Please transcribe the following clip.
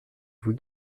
vous